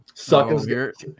Suckers